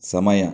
ಸಮಯ